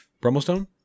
Brummelstone